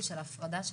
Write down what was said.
זה כמובן נפרד,